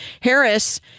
Harris